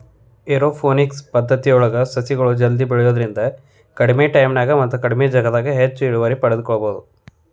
aeroponics ಪದ್ದತಿಯೊಳಗ ಸಸಿಗಳು ಜಲ್ದಿ ಬೆಳಿಯೋದ್ರಿಂದ ಕಡಿಮಿ ಟೈಮಿನ್ಯಾಗ ಮತ್ತ ಕಡಿಮಿ ಜಗದಾಗ ಹೆಚ್ಚಿನ ಇಳುವರಿ ಪಡ್ಕೋಬೋದು